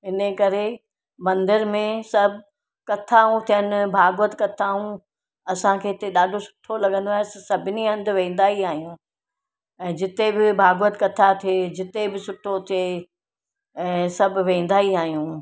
हिनजे करे मंदिर में सभु कथाऊं थियनि भाॻवत कथाऊं असांखे हिते ॾाढो सुठो लॻंदो आहे सभिनी हंधि वेंदा ई आहियूं ऐं जिते बि भाॻवत कथा थे जिते बि सुठो थे ऐं सभु वेंदा ई आहियूं